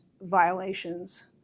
violations